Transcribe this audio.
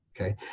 okay